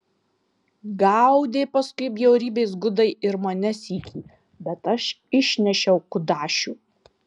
gaudė paskui bjaurybės gudai ir mane sykį bet aš išnešiau kudašių